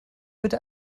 bitte